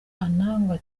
anangwe